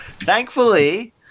Thankfully